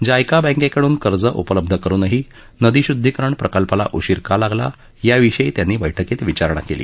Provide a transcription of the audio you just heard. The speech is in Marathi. जायका बँकेकडून कर्ज उपलब्ध करूनही नदी श्द्धीकरण प्रकल्पाला उशीर का लागला याविषयी त्यांनी बैठकीत विचारणा केली